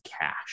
cash